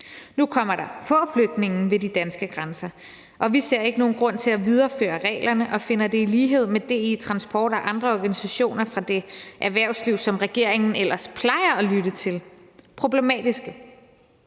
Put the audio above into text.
Nu kommer der få flygtninge ved de danske grænser, og vi ser ikke nogen grund til at videreføre reglerne og finder det i lighed med DI Transport og andre organisationer fra det erhvervsliv, som regeringen ellers plejer at lytte til, problematisk,